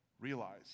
realize